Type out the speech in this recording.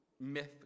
myth